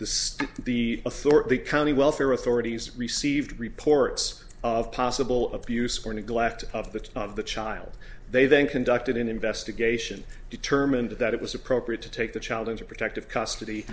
authority county welfare authorities received reports of possible abuse or neglect of the of the child they then conducted an investigation determined that it was appropriate to take the child into protective custody